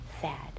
sad